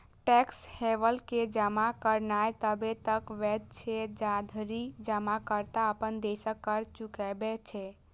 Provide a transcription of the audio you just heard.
tax haven मे जमा करनाय तबे तक वैध छै, जाधरि जमाकर्ता अपन देशक कर चुकबै छै